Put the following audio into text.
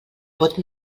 pot